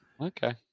Okay